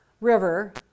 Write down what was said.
River